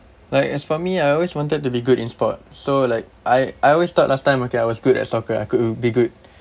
like as for me I always wanted to be good in sport so like I I always thought last time okay I was good at soccer I could be good